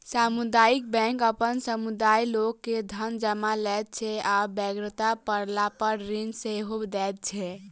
सामुदायिक बैंक अपन समुदायक लोक के धन जमा लैत छै आ बेगरता पड़लापर ऋण सेहो दैत छै